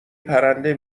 پرنده